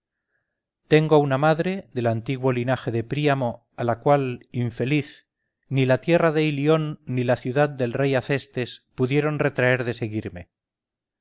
tengo una madre del antiguo linaje de príamo a la cual infeliz ni la tierra de ilión ni la ciudad del rey acestes pudieron retraer de seguirme